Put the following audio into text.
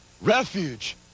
refuge